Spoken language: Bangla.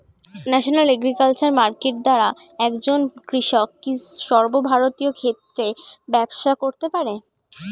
ন্যাশনাল এগ্রিকালচার মার্কেট দ্বারা একজন কৃষক কি সর্বভারতীয় ক্ষেত্রে ব্যবসা করতে পারে?